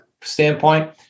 standpoint